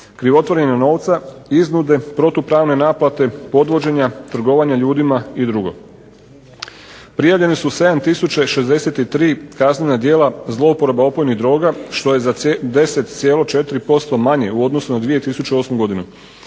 krivotvorenja novca, iznude, protupravne naplate, podvođenja, trgovanja ljudima i dr. Prijavljeni su 7 tisuća 63 kaznena djela zlouporaba opojnih droga što je za 10,4% manje u odnosu na 2008. godinu.